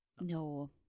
No